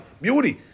Beauty